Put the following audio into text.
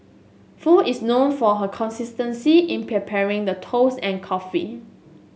Foo is known for her consistency in preparing the toast and coffee